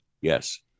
yes